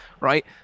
Right